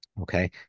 Okay